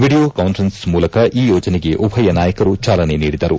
video conference ಮೂಲಕ ಈ ಯೋಜನೆಗೆ ಉಭಯ ನಾಯಕರು ಚಾಲನೆ ನೀಡಿದರು